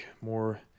more